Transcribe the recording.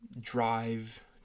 drive